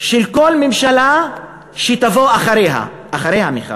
של כל ממשלה שתבוא אחריה, אחרי המחאה,